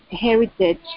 heritage